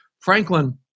Franklin